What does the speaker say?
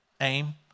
aim